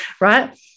Right